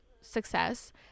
success